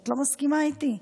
את לא מסכימה איתי?